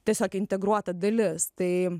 tiesiog integruota dalis tai